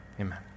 Amen